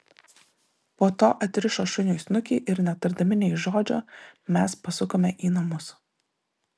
po to atrišo šuniui snukį ir netardami nė žodžio mes pasukome į namus